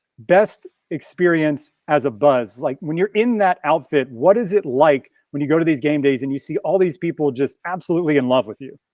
best experience as a buzz, like when you're in that outfit, what is it like when you go to these game days and you see all these people just absolutely in love with you?